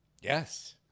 Yes